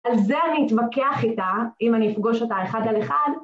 על זה אני אתווכח איתה, אם אני אפגוש אותה אחד על אחד.